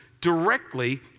directly